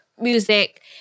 music